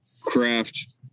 craft